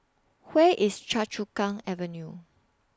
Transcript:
Where IS Choa Chu Kang Avenue